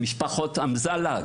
למשפחת אמזלג?